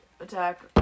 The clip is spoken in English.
attack